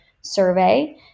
survey